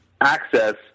access